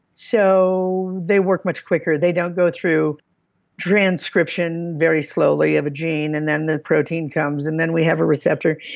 so they work much quicker. they don't go through transcription very slowly of a gene, and then the protein comes, and then we have a receptor.